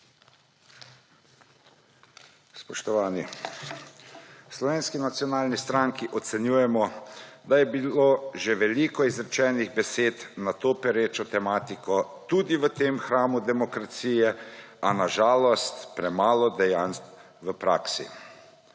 Spoštovani! V Slovenski nacionalni stranki ocenjujemo, da je bilo že veliko izrečenih besed o tej pereči tematiki tudi v tem hramu demokracije, a na žalost premalo dejanj v praksi.